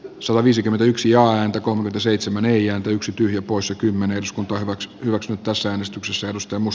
salo viisikymmentäyksi ääntä kolme seitsemän eija yksi tyhjä poissa kymmenes päiväksi yksin tässä äänestyksessä kostamus